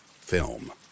film